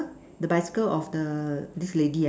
the bicycle of the this lady ah